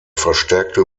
verstärkte